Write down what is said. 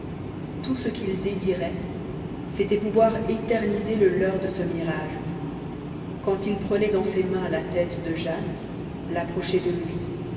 tout ce qu'il désirait c'était pouvoir éterniser le leurre de ce mirage quand il prenait dans ses mains la tête de jane l'approchait de lui